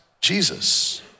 Jesus